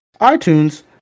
iTunes